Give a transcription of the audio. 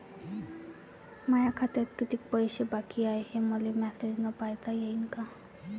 माया खात्यात कितीक पैसे बाकी हाय, हे मले मॅसेजन पायता येईन का?